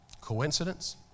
Coincidence